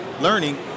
learning